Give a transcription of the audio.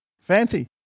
Fancy